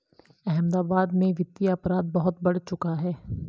अहमदाबाद में वित्तीय अपराध बहुत बढ़ चुका है